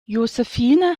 josephine